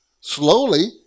Slowly